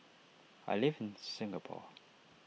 I live in Singapore